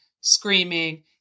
screaming